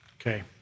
Okay